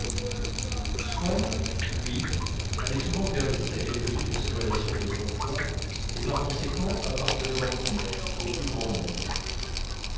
swann lui allait souvent faire visite à quelques-unes de ses relations d'autrefois et par conséquent appartenant toutes au plus grand monde